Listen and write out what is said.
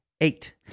Eight